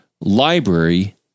library